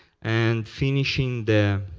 and finishing the